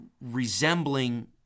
resembling